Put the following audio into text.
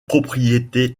propriétés